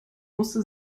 musste